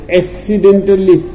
accidentally